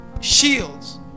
shields